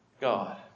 God